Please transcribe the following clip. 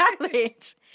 college